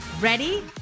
Ready